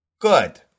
Good